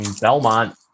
Belmont